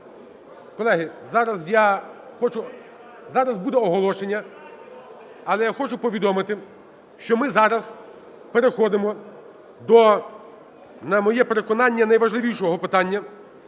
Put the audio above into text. хочу, зараз буде оголошення, але я хочу повідомити, що ми зараз переходимо до, на моє переконання, найважливішого питання –